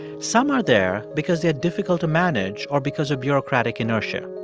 some are there because they're difficult to manage or because of bureaucratic inertia.